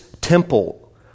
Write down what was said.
temple